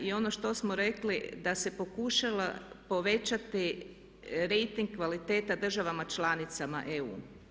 I ono što smo rekli da se pokušava povećati rejting kvaliteta državama članicama EU.